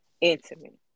intimate